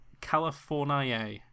California